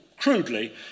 Crudely